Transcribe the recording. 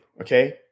Okay